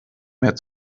mehr